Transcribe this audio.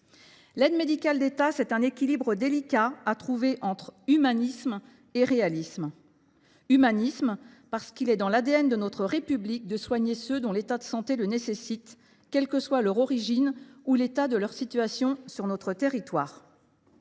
L’aide médicale de l’État, c’est un équilibre délicat à trouver entre humanisme et réalisme : humanisme, parce qu’il est dans l’ADN de notre République de soigner ceux dont l’état de santé le nécessite, quoi qu’il en soit de leur origine ou de la régularité de leur situation sur notre territoire